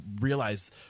realize